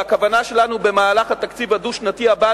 והכוונה שלנו במהלך התקציב הדו-שנתי הבא